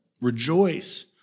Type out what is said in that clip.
Rejoice